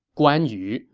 guan yu,